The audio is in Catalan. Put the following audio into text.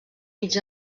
mig